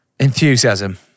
Enthusiasm